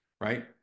right